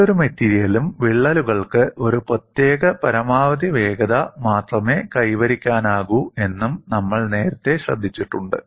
ഏതൊരു മെറ്റീരിയലിലും വിള്ളലുകൾക്ക് ഒരു പ്രത്യേക പരമാവധി വേഗത മാത്രമേ കൈവരിക്കാനാകൂ എന്നും നമ്മൾ നേരത്തെ ശ്രദ്ധിച്ചിട്ടുണ്ട്